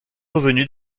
revenus